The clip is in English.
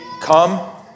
come